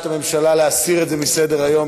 זה להשאיר את זה על סדר-היום.